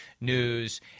news